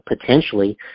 potentially